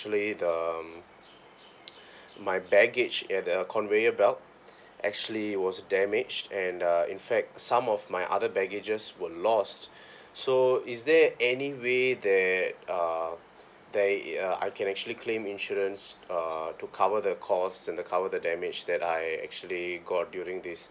~tually the um my baggage at a conveyor belt actually was damaged and uh in fact some of my other baggages were lost so is there anyway that uh there it uh I can actually claim insurance uh to cover the cost and the cover the damage that I actually got during this